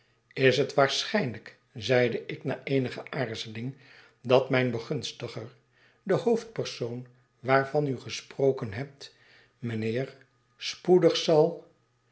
is het waarschijnlijk zeide ik na eenige aarzeling dat mijn begunstiger de hoofdpersoon waarvan u gesproken hebt mijnheer spoedig zal